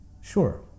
Sure